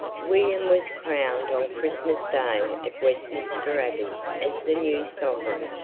william was crowned on christmas day at westminster abbey as the new sovereign.